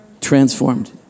Transformed